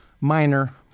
minor